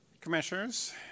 Commissioners